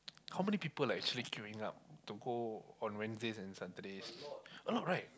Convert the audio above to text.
how many people are actually queuing to go on Wednesdays and Saturdays a lot right